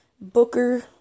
Booker